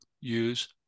use